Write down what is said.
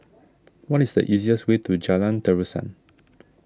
what is the easiest way to Jalan Terusan